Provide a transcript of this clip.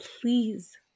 Please